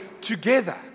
together